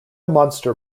monster